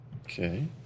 Okay